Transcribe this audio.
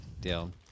deal